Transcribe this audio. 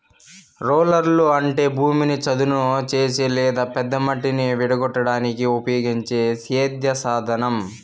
రోలర్లు అంటే భూమిని చదును చేసే లేదా పెద్ద మట్టిని విడగొట్టడానికి ఉపయోగించే సేద్య సాధనం